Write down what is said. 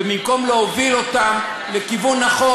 ובמקום להוביל אותם לכיוון נכון,